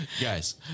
Guys